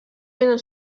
vénen